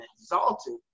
exalted